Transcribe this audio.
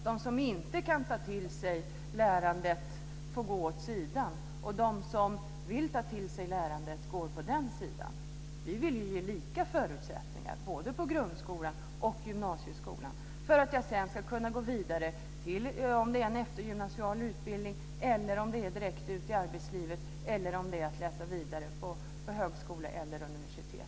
De som inte kan ta till sig lärandet får gå åt sidan, och de som vill ta till sig lärandet går åt andra sidan. Vi vill ge lika förutsättningar, både på grundskolan och på gymnasieskolan, för att jag som elev sedan ska kunna gå vidare - om det nu är till en eftergymnasial utbildning, om det är direkt ut i arbetslivet eller om det är till vidareutbildning i högskola eller universitet.